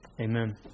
Amen